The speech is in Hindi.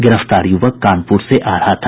गिरफ्तार यूवक कानपूर से आ रहा था